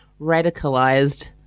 radicalized